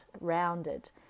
rounded